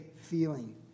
feeling